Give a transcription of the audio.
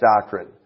doctrine